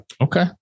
Okay